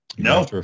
No